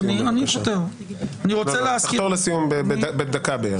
אדוני --- תחתור לסיום בבקשה.